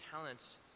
talents